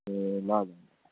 ए ल